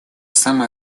самое